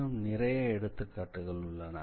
இன்னும் நிறைய எடுத்துக்காட்டுகள் உள்ளன